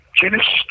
Genesis